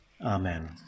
Amen